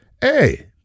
Hey